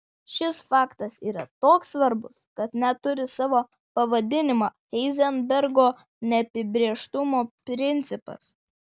šis faktas yra toks svarbus kad net turi savo pavadinimą heizenbergo neapibrėžtumo principas